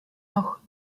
noch